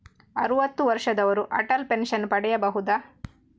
ಅರುವತ್ತು ವರ್ಷದವರು ಅಟಲ್ ಪೆನ್ಷನ್ ಪಡೆಯಬಹುದ?